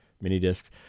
mini-discs